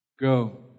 Go